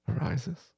arises